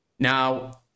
now